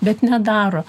bet nedaro